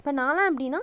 இப்போ நாலாம் எப்படின்னா